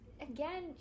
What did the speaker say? again